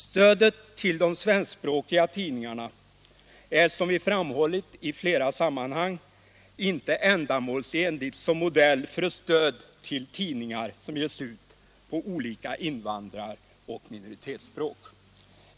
Stödet till de svenskspråkiga tidningarna är, som vi framhållit i flera sammanhang, inte ändamålsenligt som modell för ett stöd till tidningar som ges ut på olika invandrar och minoritetsspråk.